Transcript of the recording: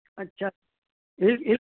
અચ્છા એ એ